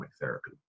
therapy